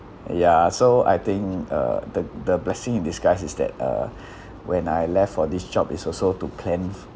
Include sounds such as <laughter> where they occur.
ya so I think uh the the blessing in disguise is that uh <breath> when I left for this job is also to plan